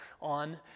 on